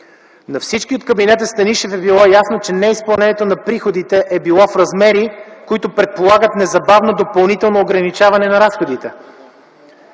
На всички от Кабинета Станишев е било ясно, че неизпълнението на приходите е било в размери, които предполагат незабавно допълнително ограничаване на разходите.